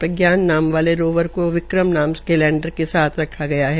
प्रज्ञान नाम वाले रोवर को विक्रम नाम के लेंडर साथ रखा गया है